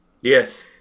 yes